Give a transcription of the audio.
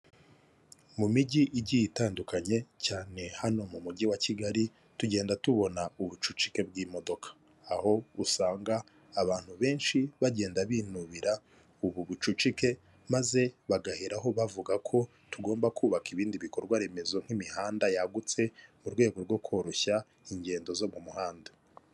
Mu mijyi igiye itandukanye cyane hano mu mujyi wa kigali tugenda tubona ubucucike bw'imodoka aho usanga abantu benshi bagenda binubira ubu bucucike maze bagaheraho bavuga ko tugomba kubaka ibindi bikorwa remezo nk'imihanda yagutse mu rwego rwo koroshya ingendo zo mu muhanda.